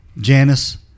Janice